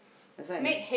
that's why